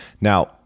Now